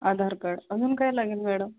आधार card अजून काय लागेल मॅडम